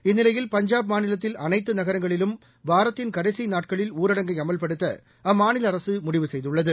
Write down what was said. இந்நிலையில் பஞ்சாப் மாநிலத்தில் அனைத்துநகரங்களிலும் வாரத்தின் கடைசிநாட்களில் ஊரடங்கை அமல்படுத்தஅம்மாநிலஅரசுமுடிவு செய்துள்ளது